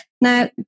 Now